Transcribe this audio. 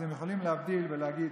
אז הם יכולים להבדיל ולהגיד,